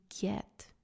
get